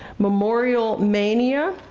memorial mania,